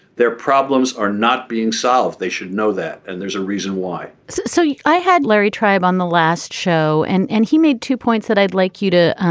their problems are not being solved they should know that and there's a reason why so so i had larry tribe on the last show and and he made two points that i'd like you to